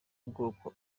ubwoko